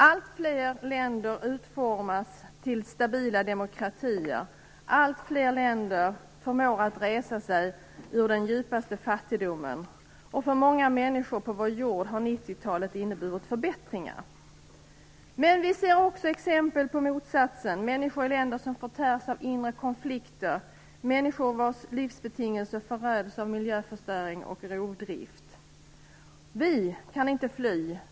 Alltfler länder formas till stabila demokratier, och alltfler länder förmår att resa sig ur den djupaste fattigdomen. För många människor på vår jord har 90-talet inneburit förbättringar. Men vi ser också exempel på motsatsen: människor i länder som förtärs av inre konflikter, människor vars livsbetingelser föröds av miljöförstöring och rovdrift. Vi kan inte fly.